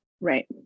Right